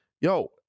yo